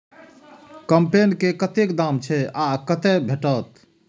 कम्पेन के कतेक दाम छै आ कतय भेटत?